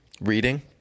reading